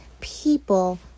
people